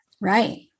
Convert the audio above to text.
Right